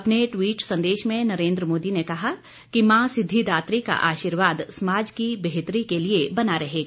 अपने ट्वीट संदेश में नरेंद्र मोदी ने कहा कि माँ सिद्धिदात्री का आशीर्वाद समाज की बेहतरी के लिए बना रहेगा